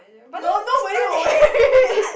no nobody will wear it